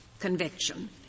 conviction